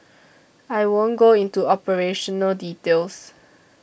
I won't go into operational details